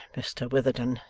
mr witherden,